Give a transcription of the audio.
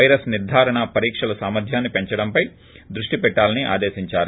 virus నిర్ధారణ పరీక్షల సామర్ధ్యాన్ని పెంచడంపై దృష్టి పెట్టాలని ఆదేళించారు